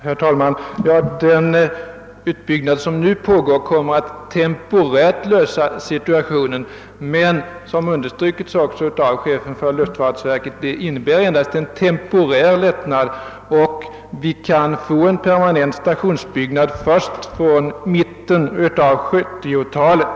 Herr talman! Den utbyggnad som nu pågår kommer att temporärt förbättra situationen, men som chefen för luftfartsverket också har understrukit är det bara en temporär lättnad. Vi får en permanent stationsbyggnad först vid mitten av 1970-talet.